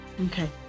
okay